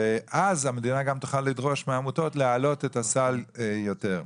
ואז המדינה גם תוכל לדרוש מהעמותות להעלות את הסל יותר.